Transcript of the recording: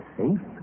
safe